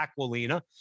Aquilina